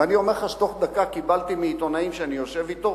ואני אומר לך שבתוך דקה קיבלתי מעיתונאי שאני יושב אתו,